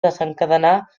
desencadenar